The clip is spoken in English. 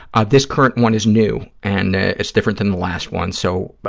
ah this current one is new and it's different than the last one, so,